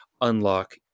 unlock